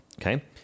okay